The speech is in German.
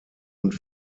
und